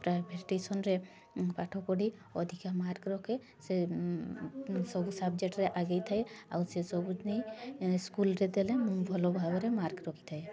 ଆଉ ପ୍ରାଇଭେଟ୍ ଟ୍ୟୁସନ୍ରେ ପାଠ ପଢ଼ି ଅଧିକା ମାର୍କ୍ ରଖେ ସେ ସବୁ ସବଜେକ୍ଟ୍ରେ ଆଗେଇଥାଏ ଆଉ ସେସବୁ ନେଇ ସ୍କୁଲ୍ରେ ଦେଲେ ମୁଁ ଭଲ ଭାବରେ ମାର୍କ୍ ରଖିଥାଏ